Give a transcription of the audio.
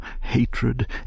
hatred